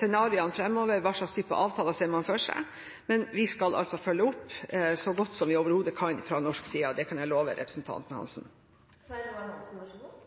scenariene framover, og hva slags type avtaler man ser for seg, men vi skal altså følge opp så godt vi overhodet kan fra norsk side. Det kan jeg love representanten